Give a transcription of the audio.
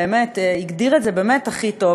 באמת הגדיר את זה הכי טוב,